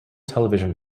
television